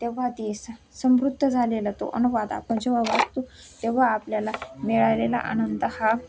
तेव्हा ते स समृद्ध झालेला तो अनुवाद आपण जेव्हा वाचतो तेव्हा आपल्याला मिळालेला आनंद हा